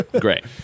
Great